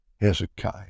Hezekiah